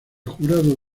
jurado